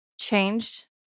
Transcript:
changed